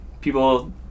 people